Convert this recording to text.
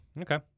Okay